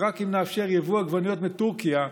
ואם רק נאפשר יבוא עגבניות מטורקיה,